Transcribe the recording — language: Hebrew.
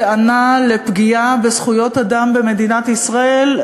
טענה על פגיעה בזכויות אדם במדינת ישראל,